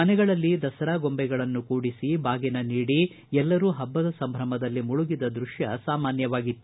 ಮನೆಗಳಲ್ಲಿ ದಸರಾ ಬೊಂಬೆಗಳನ್ನು ಕೂಡಿಸಿ ಬಾಗಿನ ನೀಡಿ ಎಲ್ಲರೂ ಹಬ್ಬದ ಸಂಭ್ರಮದಲ್ಲಿ ಮುಳುಗಿದ್ದ ದೃಶ್ಡ ಸಾಮಾನ್ವವಾಗಿತ್ತು